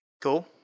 Cool